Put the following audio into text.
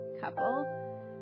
couple